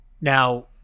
Now